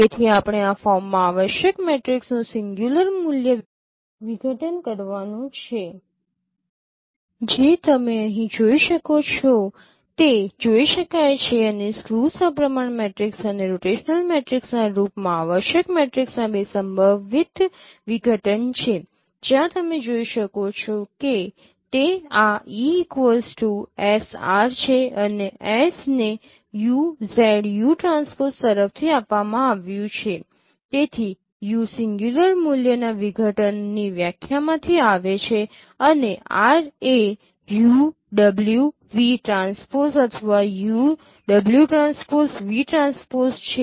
તેથી આપણે આ ફોર્મમાં આવશ્યક મેટ્રિક્સનું સીંગ્યુલર મૂલ્ય વિઘટન કરવાનું છે જે તમે અહીં જોઈ શકો છો તે જોઈ શકાય છે અને સ્ક્યૂ સપ્રમાણ મેટ્રિક્સ અને રોટેશનલ મેટ્રિક્સના રૂપમાં આવશ્યક મેટ્રિક્સના બે સંભવિત વિઘટન છે જ્યાં તમે જોઈ શકો છો કે તે આ E SR છે અને S ને UZUT તરફથી આપવામાં આવ્યું છે તેથી U સીંગ્યુલર મૂલ્યના વિઘટનની વ્યાખ્યામાંથી આવે છે અને R એ UWVT અથવા UWTVT છે